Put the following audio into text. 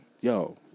Yo